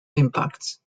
impacts